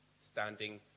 standing